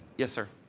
yes, sir.